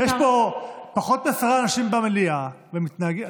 יש פחות מעשרה אנשים במליאה ומתנהגים,